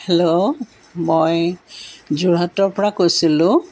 hello মই যোৰহাটৰ পৰা কৈছিলো